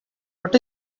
what